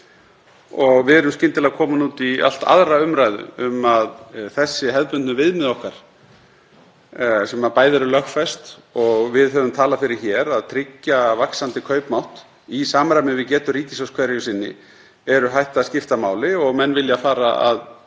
og við erum skyndilega komin út í allt aðra umræðu um að þessi hefðbundnu viðmið okkar sem bæði eru lögfest og við höfum talað fyrir hér, að tryggja vaxandi kaupmátt í samræmi við getu ríkissjóðs hverju sinni, eru hætt að skipta máli. Menn vilja fara að